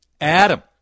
Adam